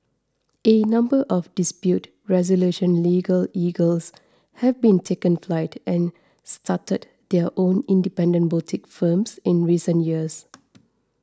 a number of dispute resolution legal eagles have taken flight and started their own independent boutique firms in recent years